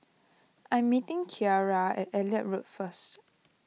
I am meeting Ciarra at Elliot Road first